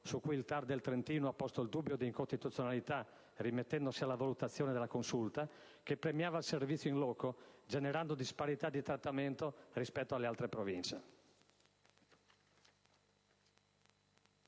(su cui il TAR del Trentino ha posto il dubbio di incostituzionalità, rimettendosi alla valutazione della Consulta), che premiavano il servizio *in loco*, generando disparità di trattamento rispetto alle altre Province.